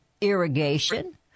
irrigation